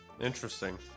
Interesting